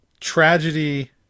tragedy